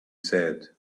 said